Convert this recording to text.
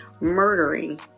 murdering